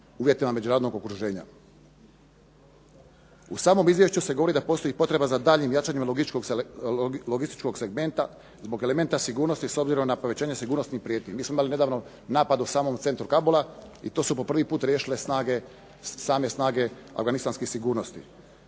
uvjetima međunarodnog okruženja. U samom izvješću se govori da postoji potreba za daljnjim jačanjem logističkog segmenta, zbog elementa sigurnosti s obzirom na povećanje sigurnosnih prijetnji. Mi smo imali nedavno napad u samom centru Kabula i to su po prvi put riješile snage, same snage afganistanskih sigurnosti.